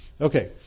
Okay